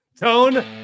Tone